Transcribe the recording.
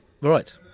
Right